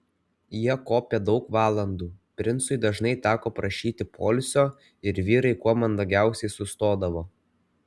jie kopė daug valandų princui dažnai teko prašyti poilsio ir vyrai kuo mandagiausiai sustodavo